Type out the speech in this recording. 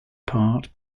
part